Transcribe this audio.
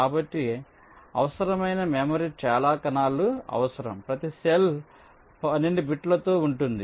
కాబట్టి అవసరమైన మెమరీ చాలా కణాలు అవసరం ప్రతి సెల్ 12 బిట్లతో ఉంటుంది